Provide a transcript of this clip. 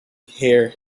hear